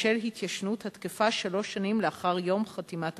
בשל ההתיישנות התקפה שלוש שנים לאחר יום חתימת החוזה.